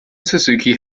suzuki